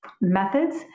methods